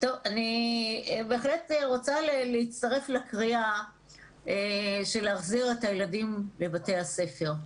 אני רוצה להצטרף לקריאה להחזיר את הילדים לבתי הספר.